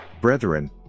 brethren